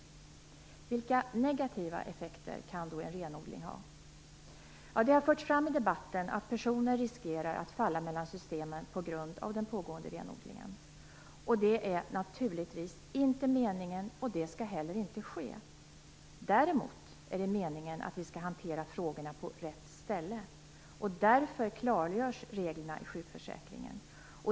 Vilka negativa effekter kan en renodling ha? Det har förts fram i debatten att personer riskerar att falla mellan systemen på grund av den pågående renodlingen. Det är naturligtvis inte meningen, och det skall inte heller ske. Däremot är det meningen att vi skall hantera frågorna på rätt ställe. Därför klargörs reglerna i sjukförsäkringen.